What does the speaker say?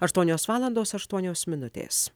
aštuonios valandos aštuonios minutės